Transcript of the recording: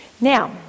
Now